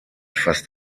fast